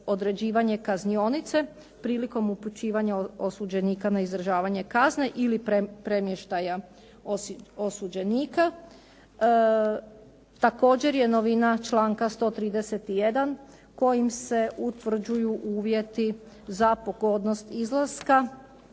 određivanje kaznionice prilikom upućivanja osuđenika na održavanje kazne ili premještaja osuđenika. Također je novina članka 131. kojim se utvrđuju uvjeti za pogodnost izlaska